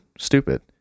Stupid